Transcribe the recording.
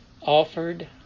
offered